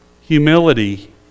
humility